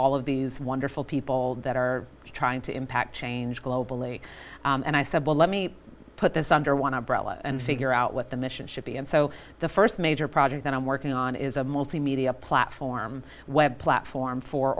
all of these wonderful people that are trying to impact change globally and i said well let me put this under one umbrella and figure out what the mission should be and so the first major project that i'm working on is a multimedia platform web platform for